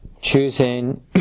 choosing